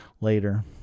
later